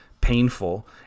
painful